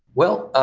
well,